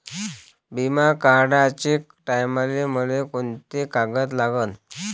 बिमा काढाचे टायमाले मले कोंते कागद लागन?